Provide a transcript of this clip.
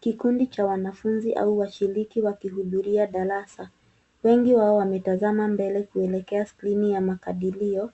Kikundi cha wanafunzi au washiriki wakihudhuria darasa. Wengi wao wametazama mbele kuelekea skrini ya makadilio